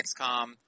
XCOM